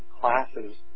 classes